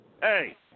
Hey